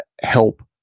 help